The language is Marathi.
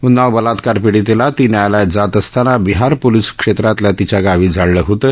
उन्नाव बलात्कार पिडीतेला ती न्यायालयात जात असताना बिहार पोलिस क्षेत्रातल्या तिच्या गावी जाळलं होतं